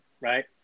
right